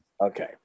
Okay